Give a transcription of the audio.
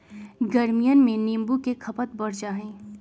गर्मियन में नींबू के खपत बढ़ जाहई